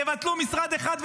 תבטלו משרד אחד,